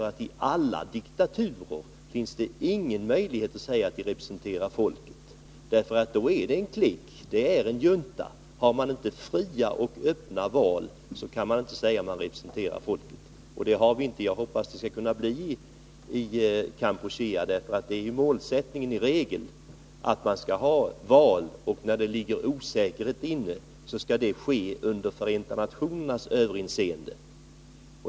Det finns nämligen inte i någon diktatur möjlighet att säga att regimen representerar folket, för där är det en klick, en junta, som regerar. Om det inte förekommer fria och öppna val kan man inte säga att man representerar folket. Det förekommer inte val i Kampuchea, men jag hoppas att det skall kunna bli det, för i regel är det en målsättning att man skall ha val. När det råder osäkerhet skall valen ske under Förenta nationernas överinseende.